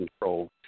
control